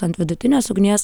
ant vidutinės ugnies